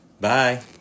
Bye